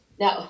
no